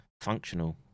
functional